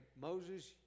Moses